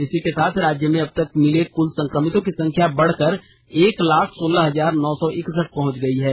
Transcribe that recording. इसी के साथ राज्य में अबतक मिले कुल संक्रमितों की संख्या बढ़कर एक लाख सोलह हजार नौ सौ इकसठ पहुंच गई है